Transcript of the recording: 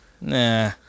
Nah